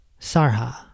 Sarha